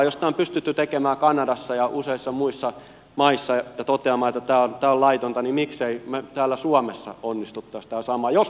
jos tämä on pystytty tekemään kanadassa ja useissa muissa maissa ja toteamaan että tämä on laitonta niin miksemme me täällä suomessa onnistuisi tähän samaan jos meillä on tahtoa